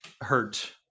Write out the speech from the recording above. hurt